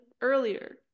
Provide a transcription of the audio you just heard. earlier